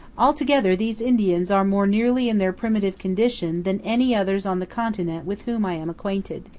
altogether, these indians are more nearly in their primitive condition than any others on the continent with whom i am acquainted.